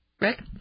rick